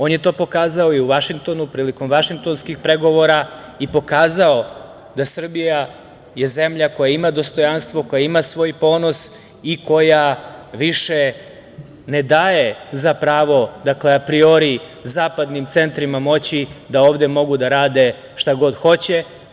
On je to pokazao i u Vašingtonu prilikom vašingtonskih pregovora i pokazao da je Srbija zemlja koja ima dostojanstvo, koja ima svoj ponos i koja više ne daje za pravo, dakle apriori, zapadnim centrima moći da ovde mogu da rade šta god hoće.